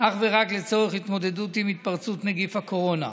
אך ורק התמודדות עם התפרצות נגיף הקורונה.